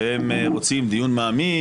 שהם רוצים דיון מעמיק,